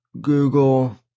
Google